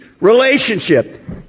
relationship